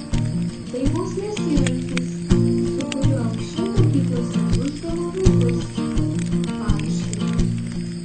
tai bausmės įrankis su kuriuo anksčiau mokyklose mušdavo vaikus paaiškinau